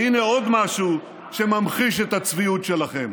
והינה עוד משהו שממחיש את הצביעות שלכם.